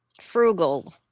frugal